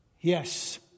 Yes